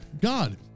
God